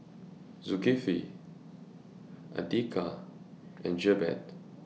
Zulkifli Andika and Jebat